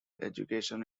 education